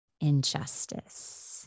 injustice